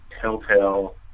telltale